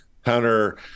Hunter